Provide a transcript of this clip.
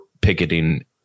picketing